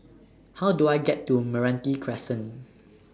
How Do I get to Meranti Crescent